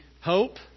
hope